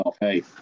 hey